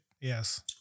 Yes